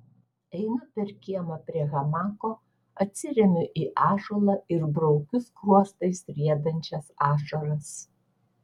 einu per kiemą prie hamako atsiremiu į ąžuolą ir braukiu skruostais riedančias ašaras